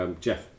Jeff